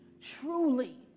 truly